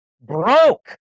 broke